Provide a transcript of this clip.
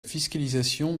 fiscalisation